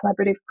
collaborative